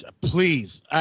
please